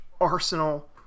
Arsenal